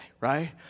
right